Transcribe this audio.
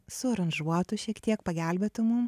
su aranžuotų šiek tiek pagelbėtų mum